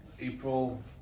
April